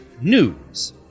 News